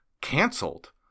canceled